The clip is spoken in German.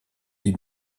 die